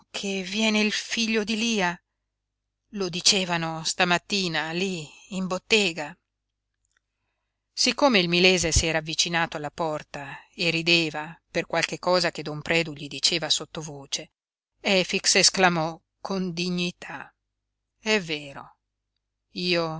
che viene il figlio di lia lo dicevano stamattina lí in bottega siccome il milese s'era avvicinato alla porta e rideva per qualche cosa che don predu gli diceva sottovoce efix esclamò con dignità è vero io